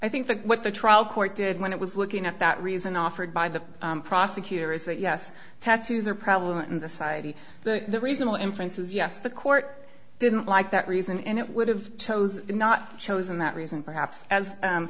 i think that what the trial court did when it was looking at that reason offered by the prosecutor is that yes tattoos are prevalent in society but the reasonable inference is yes the court didn't like that reason and it would have chose not chosen that reason perhaps as